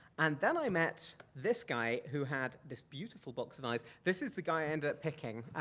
and then i met this guy who had this beautiful box of eyes. this is the guy i ended up picking.